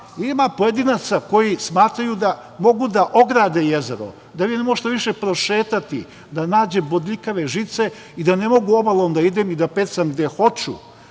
pojedinaca koji smatraju da mogu da ograde jezero, da vi ne možete više prošetati, da nađe bodljikave žice i da ne mogu obalom da idem i da pecam gde hoću,